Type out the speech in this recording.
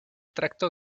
tracto